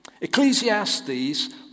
Ecclesiastes